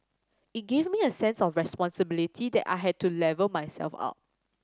it gave me a sense of responsibility that I had to level myself up